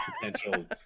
potential